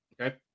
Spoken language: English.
okay